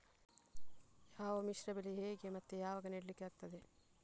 ಯಾವ ಮಿಶ್ರ ಬೆಳೆ ಹೇಗೆ ಮತ್ತೆ ಯಾವಾಗ ನೆಡ್ಲಿಕ್ಕೆ ಆಗ್ತದೆ?